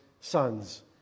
sons